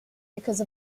because